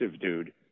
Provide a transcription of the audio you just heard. dude